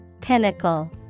Pinnacle